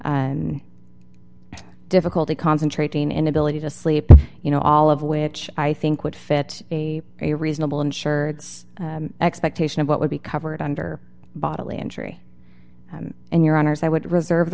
and difficulty concentrating inability to sleep you know all of which i think would fit a a reasonable insured expectation of what would be covered under bodily injury and your honors i would reserve